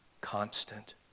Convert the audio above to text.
constant